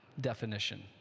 definition